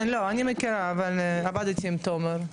כן, אני מכירה, עבדתי עם תומר.